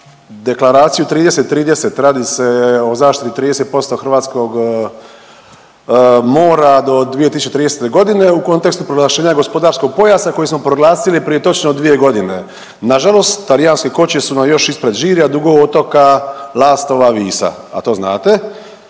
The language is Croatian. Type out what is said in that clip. deklaraciju 30-30, radi se o zaštiti 30% hrvatskog mora do 2030.g. u kontekstu proglašenja gospodarskog pojasa koji smo proglasili prije točno dvije godine. Nažalost, talijanske koče su nam još ispred Žirja, Dugog otoka, Lastova, Visa, a to znate